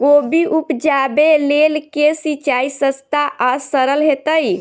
कोबी उपजाबे लेल केँ सिंचाई सस्ता आ सरल हेतइ?